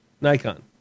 Nikon